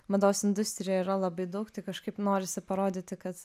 mados industrijoje yra labai daug tai kažkaip norisi parodyti kad